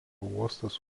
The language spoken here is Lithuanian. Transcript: uostas